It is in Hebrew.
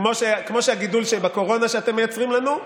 כמו הגידול בקורונה שאתם מייצרים לנו,